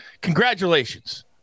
congratulations